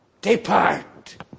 Depart